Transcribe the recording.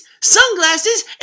sunglasses